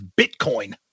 Bitcoin